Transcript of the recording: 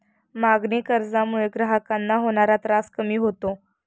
मागणी कर्जामुळे ग्राहकांना होणारा त्रास कमी होतो